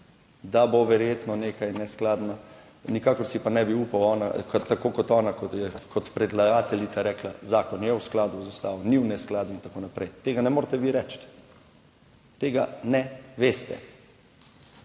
da bo verjetno nekaj neskladno, nikakor si pa ne bi upal tako kot ona je kot predlagateljica rekla, zakon je v skladu z Ustavo, ni v neskladju in tako naprej. Tega ne morete vi reči, tega ne veste,